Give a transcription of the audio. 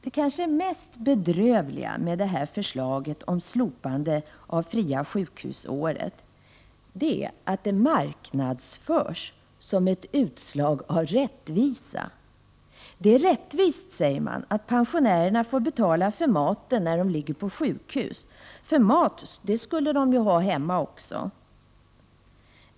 Det mest bedrövliga med förslaget om slopandet av det fria sjukhusåret är kanske att det marknadsförs som ett rättvisekrav. Det är rättvist, säger man, att pensionärerna får betala för maten när de ligger på sjukhus. Mat skulle de ju behöva hemma också.